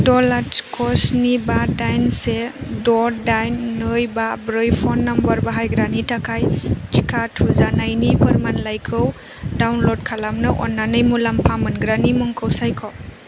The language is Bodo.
द' लाथिख' स्नि बा दाइन से द' दाइन नै बा ब्रै फन नाम्बार बाहायग्रानि थाखाय टिका थुजानायनि फोरमानलाइखौ डाउनल'ड खालामनो अन्नानै मुलाम्फा मोनग्रानि मुंखौ सायख'